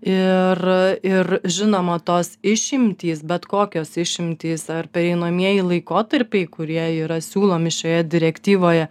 ir ir žinoma tos išimtys bet kokios išimtys ar pereinamieji laikotarpiai kurie yra siūlomi šioje direktyvoje